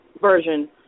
version